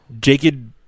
Jacob